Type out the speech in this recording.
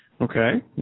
Okay